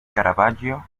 caravaggio